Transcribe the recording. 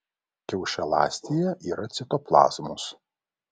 kiaušialąstėje yra citoplazmos